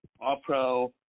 All-Pro